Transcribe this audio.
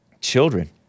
Children